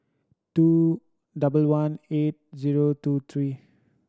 two double one eight zero two three